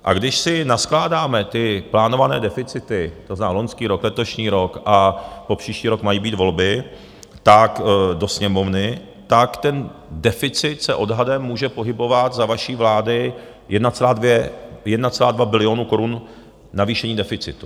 A když si naskládáme ty plánované deficity, to znamená loňský rok, letošní rok a příští rok mají být volby do Sněmovny, tak ten deficit se odhadem může pohybovat za vaší vlády jedna celá dvě, 1,2 bilionu korun navýšení deficitu.